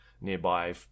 nearby